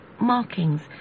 markings